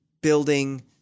building